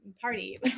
party